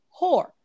whore